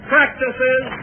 Practices